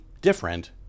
different